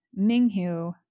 Minghu